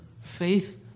faith